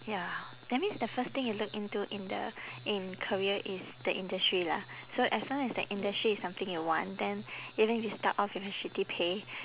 ya that means the first thing you look into in the in career is the industry lah so as long as the industry is something you want then even if you start off with a shitty pay